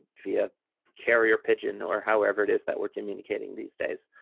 via carrier pigeon, or however it is that we're communicating these days.